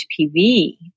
HPV